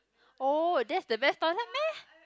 oh that's the best toilet meh